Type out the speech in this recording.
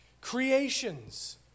creations